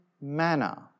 manner